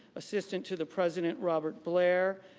assistant to the president, robert blair,